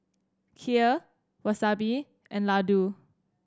Kheer Wasabi and Ladoo